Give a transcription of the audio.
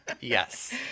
Yes